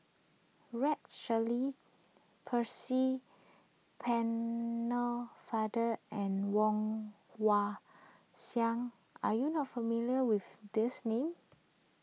Rex Shelley Percy Pennefather and Woon Wah Siang are you not familiar with these names